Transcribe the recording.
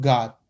God